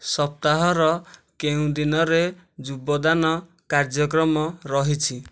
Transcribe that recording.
ସପ୍ତାହର କେଉଁ ଦିନରେ ଯୁବଦାନ କାର୍ଯ୍ୟକ୍ରମ ରହିଛି